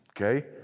Okay